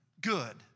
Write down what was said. good